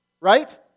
right